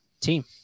team